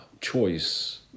choice